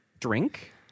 Drink